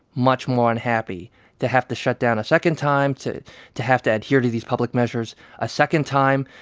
much more unhappy to have to shut down a second time, to to have to adhere to these public measures a second time.